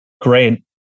Great